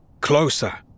Closer